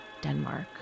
Denmark